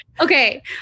okay